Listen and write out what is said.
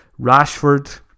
Rashford